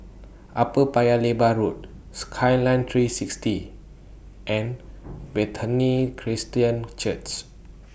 Upper Paya Lebar Road Skyline three sixty and Bethany Christian Church